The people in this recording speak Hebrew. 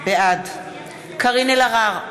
בעד קארין אלהרר,